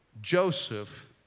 Joseph